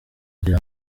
kugira